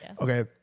Okay